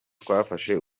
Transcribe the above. twafashe